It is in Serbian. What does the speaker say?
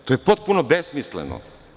To je potpuno besmisleno.